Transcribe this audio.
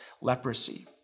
leprosy